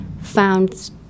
found